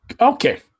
Okay